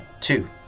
two